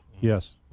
Yes